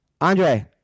Andre